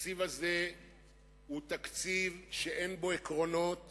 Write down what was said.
התקציב הזה הוא תקציב שאין בו עקרונות